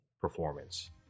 performance